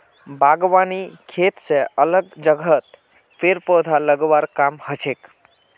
बागवानी खेत स अलग जगहत पेड़ पौधा लगव्वार काम हछेक